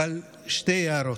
אבל שתי הערות: